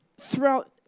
throughout